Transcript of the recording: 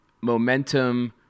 momentum